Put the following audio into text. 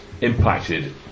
impacted